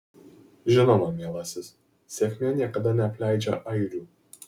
žinoma mielasis sėkmė niekada neapleidžia airių